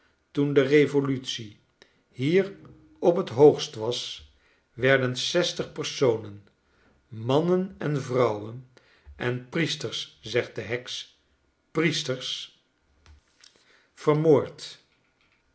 toen de revolutie hier op het hoogst was werden zestig personen mannen en vrouwen en